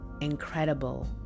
incredible